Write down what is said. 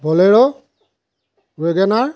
bolero Wagon R